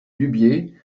dubié